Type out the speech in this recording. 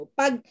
pag